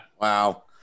wow